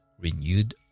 renewed